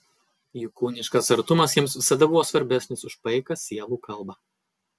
juk kūniškas artumas jiems visada buvo svarbesnis už paiką sielų kalbą